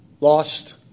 lost